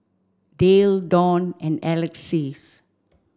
Dale Don and Alexys